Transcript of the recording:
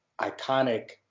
iconic